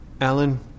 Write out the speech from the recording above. Alan